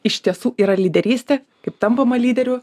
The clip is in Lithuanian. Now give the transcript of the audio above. iš tiesų yra lyderystė kaip tampama lyderiu